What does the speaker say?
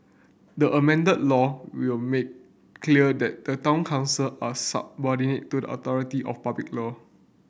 the amended law will make clear that the town council are subordinate to the authority of public law